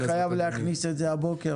היית חייב להכניס את זה הבוקר,